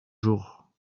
jours